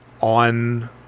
on